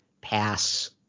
pass